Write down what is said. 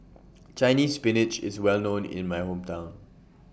Chinese Spinach IS Well known in My Hometown